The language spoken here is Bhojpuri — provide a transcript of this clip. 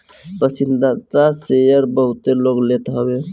पसंदीदा शेयर बहुते लोग लेत हवे